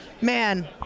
man